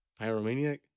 Pyromaniac